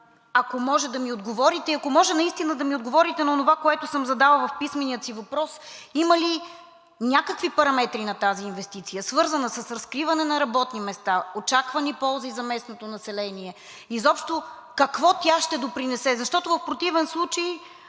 ако може да ми отговорите. Ако може наистина да ми отговорите на онова, което съм задала в писмения си въпрос: има ли някакви параметри на тази инвестиция, свързана с разкриване на работни места, очаквани ползи за местното население, изобщо какво тя ще допринесе? Защото в противен случай